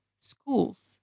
schools